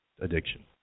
addiction